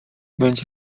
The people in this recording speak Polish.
będzie